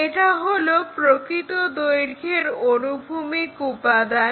এটা হলো প্রকৃত দৈর্ঘ্যের অনুভূমিক উপাদান